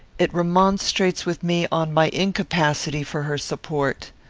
it remonstrates with me on my incapacity for her support.